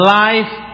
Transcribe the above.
life